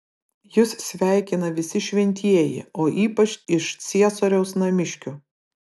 jus sveikina visi šventieji o ypač iš ciesoriaus namiškių